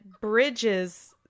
bridges